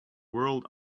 world